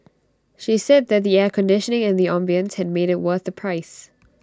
she said that the air conditioning and the ambience had made IT what the price